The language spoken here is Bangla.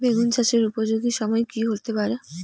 বেগুন চাষের উপযোগী সময় কি হতে পারে?